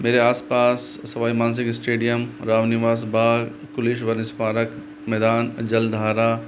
मेरे आस पास सवाई मान सिंह स्टेडियम रामनिवास बाग पुलिस वन स्मारक मैदान जलधारा